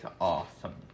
awesome